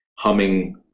humming